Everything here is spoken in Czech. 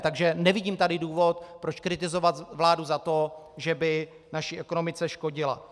Takže nevidím důvod, proč kritizovat vládu za to, že by naší ekonomice škodila.